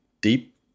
deep